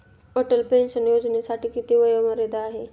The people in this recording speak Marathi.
अटल पेन्शन योजनेसाठी किती वयोमर्यादा आहे?